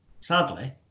sadly